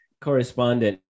correspondent